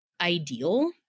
ideal